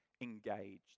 engaged